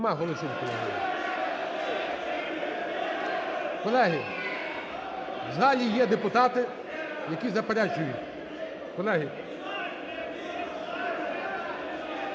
Колеги, в залі є депутати, які заперечують.